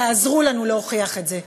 תעזרו לנו להוכיח את זה.